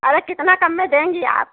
अरे कितना कम में देंगी आप